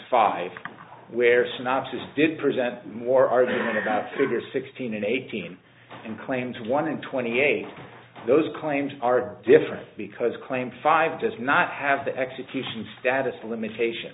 five where synopsis did present more argument about food is sixteen and eighteen and claims one in twenty eight those claims are different because claim five does not have the execution status limitation